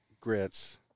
grits